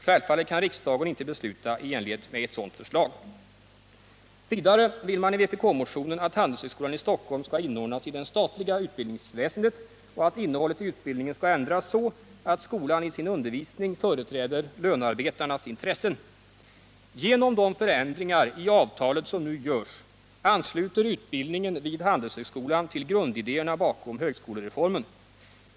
Självfallet kan riksdagen inte besluta i enlighet med ett sådant förslag. Vidare vill man i vpkmotionen, att Handelshögskolan i Stockholm skall inordnas i det statliga utbildningsväsendet och att innehållet i utbildningen skall ändras så, att skolan i sin undervisning företräder lönearbetarnas intressen. Genom de förändringar i avtalet som nu görs ansluter utbildningen vid Handelshögskolan till grundidéerna bakom högskolereformen.